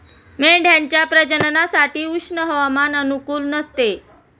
मेंढ्यांच्या प्रजननासाठी उष्ण हवामान अनुकूल नसते